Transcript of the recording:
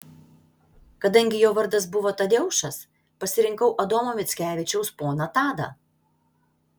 kadangi jo vardas buvo tadeušas pasirinkau adomo mickevičiaus poną tadą